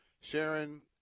Sharon